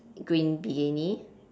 green bikini